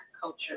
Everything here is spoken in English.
culture